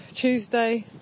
Tuesday